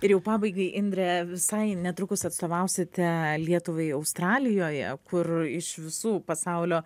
ir jau pabaigai indre visai netrukus atstovausite lietuvai australijoje kur iš visų pasaulio